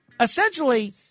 Essentially